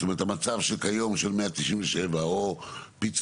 זאת אומרת המצב של היום של 197 או פיצוי,